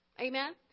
amen